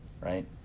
right